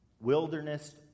Wilderness